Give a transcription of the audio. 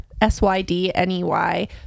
S-Y-D-N-E-Y